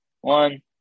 one